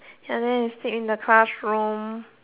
ya then we sit in the classroom